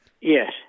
Yes